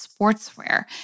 sportswear